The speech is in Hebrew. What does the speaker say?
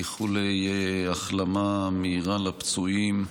איחולי החלמה מהירה לפצועים.